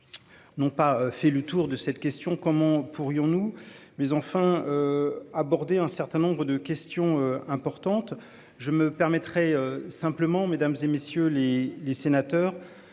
N'ont pas fait le tour de cette question, comment pourrions-nous mais enfin. Aborder un certain nombre de questions importantes. Je me permettrais simplement Mesdames et messieurs les les sénateurs.